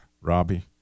Robbie